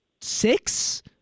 six